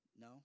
No